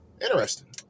Interesting